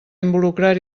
involucrar